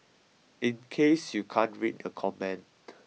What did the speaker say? in case you can't read the comment